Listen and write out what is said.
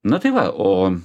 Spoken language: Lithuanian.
na tai va o